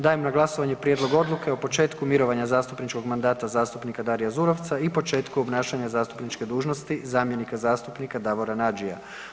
Dajem na glasovanje prijedlog odluke o početku mirovanja zastupničkog mandata zastupnika Daria Zurovca i početku obnašanja zastupničke dužnosti zamjenika zastupnika Davora Nađia.